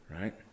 right